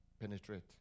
penetrate